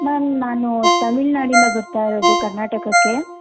ma'am ನಾನು ತಮಿಳ್ನಾಡಿಂದ ಬರ್ತಾ ಇರೋದು ಕರ್ನಾಟಕಕ್ಕೆ